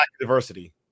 diversity